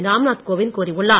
ராம்நாத் கோவிந்த கூறியுள்ளார்